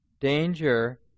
danger